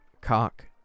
Cock